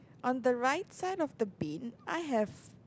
on the right side of the bin I have